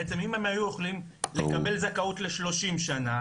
בעצם אם הם היו יכולים לקבל זכאות ל-30 שנים,